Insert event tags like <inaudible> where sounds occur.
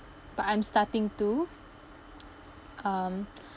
but I'm starting to <noise> um